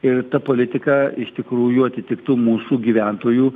ir ta politika iš tikrųjų atitiktų mūsų gyventojų